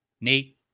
Nate